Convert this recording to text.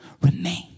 remain